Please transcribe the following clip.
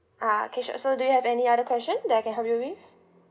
uh okay sure so do you have any other question that I can help you with